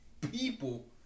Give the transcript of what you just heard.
people